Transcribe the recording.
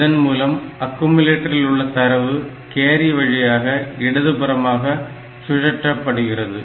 இதன் மூலம் அக்குமுலேட்டரில் உள்ள தரவு கேரி வழியாக இடதுபுறம் சுழற்றப்படுகிறது